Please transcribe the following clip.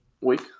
week